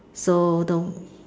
so don't